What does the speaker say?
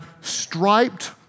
striped